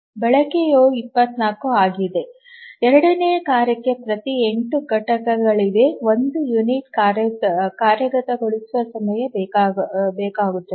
ಬಳಕೆಯು 24 ಆಗಿದೆ ಎರಡನೆಯ ಕಾರ್ಯಕ್ಕೆ ಪ್ರತಿ 8 ಘಟಕಗಳಿಗೆ 1 ಯುನಿಟ್ ಕಾರ್ಯಗತಗೊಳಿಸುವ ಸಮಯ ಬೇಕಾಗುತ್ತದೆ